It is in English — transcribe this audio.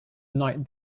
night